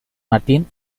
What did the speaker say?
martín